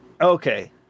Okay